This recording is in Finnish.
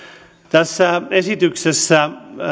tässä esityksessä